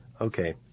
Okay